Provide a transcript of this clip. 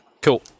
Cool